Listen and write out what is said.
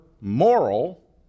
moral